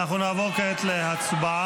אנחנו נעבור כעת להצבעה.